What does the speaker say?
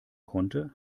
konnte